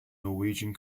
norwegian